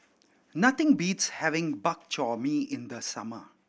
nothing beats having Bak Chor Mee in the summer